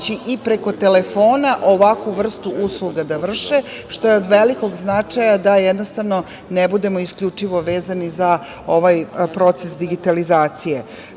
i preko telefona ovakvu vrstu usluga da vrše što je od velikog značaja da jednostavno ne budemo isključivo vezani za ovaj proces digitalizacije. Ovim